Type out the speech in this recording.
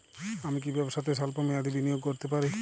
আমি কি ব্যবসাতে স্বল্প মেয়াদি বিনিয়োগ করতে পারি?